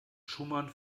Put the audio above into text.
schumann